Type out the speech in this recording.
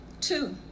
Two